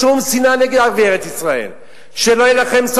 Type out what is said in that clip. בוא נעשה לך סיור בדרום ואני אראה לך על